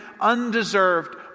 undeserved